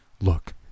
look